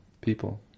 people